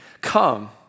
come